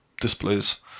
displays